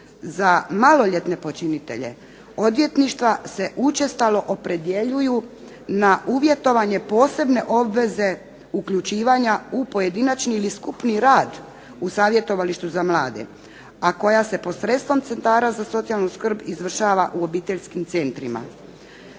za maloljetne počinitelje, odvjetništva se učestalo opredjeljuju na uvjetovanje posebne obveze uključivanja u pojedinačni ili skupni rad u savjetovalištu za mlade, a koja se pod sredstvom centara za socijalnu skrb izvršava u obiteljskim centrima.